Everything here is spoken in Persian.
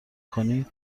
کنید